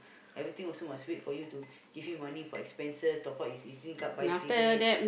everything also must wait for you to give him money for expenses top up his E_Z-Link card buy cigarette